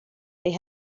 they